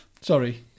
Sorry